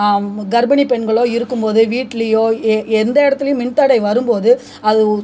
கர்ப்பிணிப் பெண்களோ இருக்கும் போது வீட்லேயோ எ எந்த இடத்துலையும் மின்தடை வரும் போது அது